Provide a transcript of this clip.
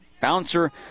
Bouncer